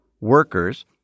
workers